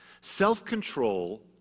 Self-control